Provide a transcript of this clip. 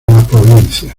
provincia